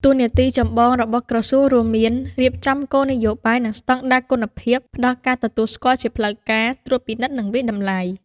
តួនាទីចម្បងរបស់ក្រសួងរួមមាន រៀបចំគោលនយោបាយ និងស្តង់ដារគុណភាព ផ្តល់ការទទួលស្គាល់ជាផ្លូវការ ត្រួតពិនិត្យ និងវាយតម្លៃ។